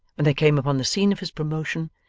when they came upon the scene of his promotion,